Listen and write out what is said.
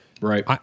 Right